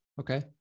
okay